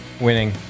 Winning